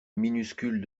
minuscule